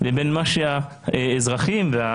לבין מה שהאזרחים חווים